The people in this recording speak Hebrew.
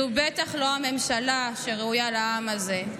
זאת בטח לא הממשלה שראויה לעם הזה.